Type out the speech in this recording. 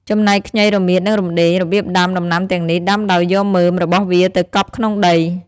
ចំណែក ខ្ញី រមៀត និងរំដេង របៀបដាំ ដំណាំទាំងនេះដាំដោយយកមើមរបស់វាទៅកប់ក្នុងដី។